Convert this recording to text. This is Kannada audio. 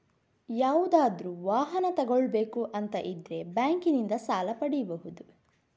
ಯಾವುದಾದ್ರೂ ವಾಹನ ತಗೊಳ್ಬೇಕು ಅಂತ ಇದ್ರೆ ಬ್ಯಾಂಕಿನಿಂದ ಸಾಲ ಪಡೀಬಹುದು